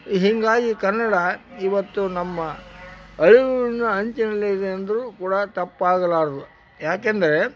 ಹೀಗಾಗಿ ಕನ್ನಡ ಇವತ್ತು ನಮ್ಮ ಅಳಿವು ಉಳಿವಿನ ಅಂಚಿನಲ್ಲಿ ಇದೆ ಎಂದರೂ ಕೂಡ ತಪ್ಪಾಗಲಾರದು ಯಾಕಂದರೆ